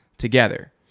together